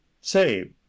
say